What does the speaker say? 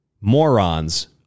morons